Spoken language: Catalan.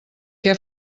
què